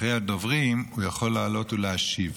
אחרי הדוברים הוא יכול לעלות ולהשיב.